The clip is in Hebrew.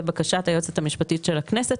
לבקשת היועצת המשפטית של הכנסת,